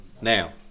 Now